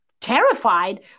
terrified